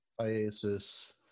IASIS